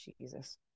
Jesus